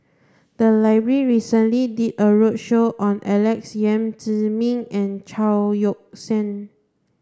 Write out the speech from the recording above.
the library recently did a roadshow on Alex Yam Ziming and Chao Yoke San